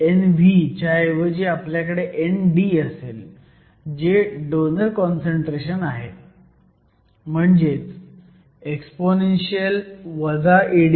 Nv च्या ऐवजी आपल्याकडे ND असेल जे डोनर काँसंट्रेशन आहे म्हणजेच exp ED2kT